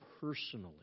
personally